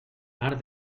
arc